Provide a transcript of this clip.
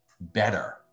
better